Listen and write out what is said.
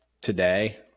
today